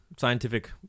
scientific